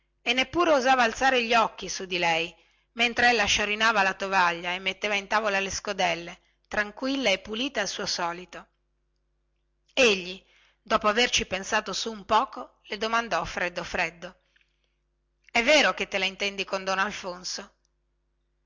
quasi non osava alzare gli occhi su di lei mentre ella sciorinava la tovaglia e metteva in tavola le scodelle tranquilla e pulita al suo solito poi dopo averci pensato un gran pezzo le domandò è vero che te la intendi con don alfonso